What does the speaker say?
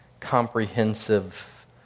comprehensive